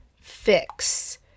fix